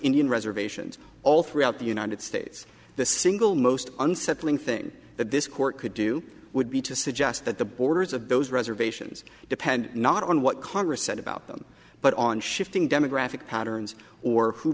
indian reservations all throughout the united states the single most unsettling thing that this court could do would be to suggest that the borders of those reservations depend not on what congress said about them but on shifting demographic patterns or who